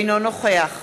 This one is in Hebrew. אינו נוכח